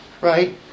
right